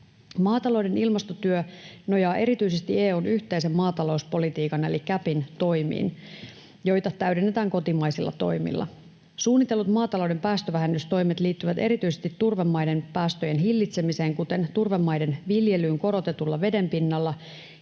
Maatalouden ilmastotyö nojaa erityisesti EU:n yhteisen maatalouspolitiikan eli CAPin toimiin, joita täydennetään kotimaisilla toimilla. Suunnitellut maatalouden päästövähennystoimet liittyvät erityisesti turvemaiden päästöjen hillitsemiseen, kuten turvemaiden viljelyyn korotetulla vedenpinnalla,